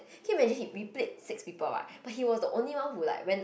can you imagine he we played six people what but he was the only one who like went